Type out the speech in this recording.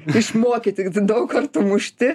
išmokyti daug kartų mušti